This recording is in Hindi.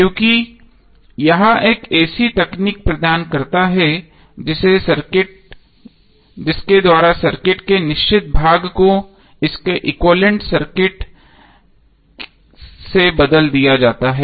क्योंकि यह एक ऐसी तकनीक प्रदान करता है जिसके द्वारा सर्किट के निश्चित भाग को इसके एक्विवैलेन्ट सर्किट से बदल दिया जाता है